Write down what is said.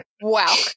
Wow